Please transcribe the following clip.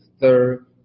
third